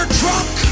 drunk